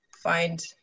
find